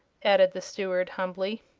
added the steward, humbly.